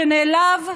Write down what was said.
שנעלב,